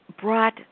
brought